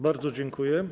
Bardzo dziękuję.